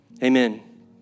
Amen